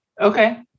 Okay